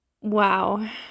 wow-